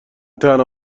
تنها